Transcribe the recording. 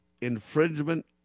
infringement